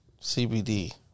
CBD